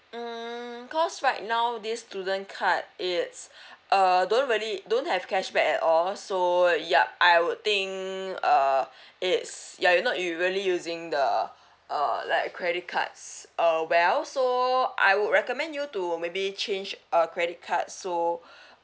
hmm cause right now this student card is uh don't really don't have cashback at all so yup I would think uh it's ya you know you really using the uh like credit cards uh well so I would recommend you to maybe change a credit card so